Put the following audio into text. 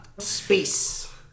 space